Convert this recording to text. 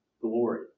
glory